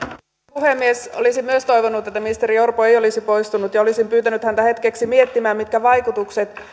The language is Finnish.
puhemies olisin myös toivonut että ministeri orpo ei olisi poistunut ja olisin pyytänyt häntä hetkeksi miettimään mitkä vaikutukset